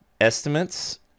Estimates